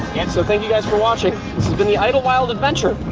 and so thank you guys for watching. this has been the idyllwild adventure